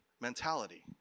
mentality